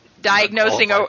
diagnosing